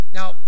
Now